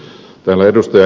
täällä ed